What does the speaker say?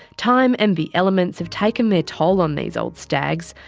time and the elements have taken their toll on these old stags,